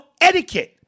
etiquette